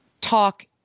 talk